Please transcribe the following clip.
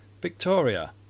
Victoria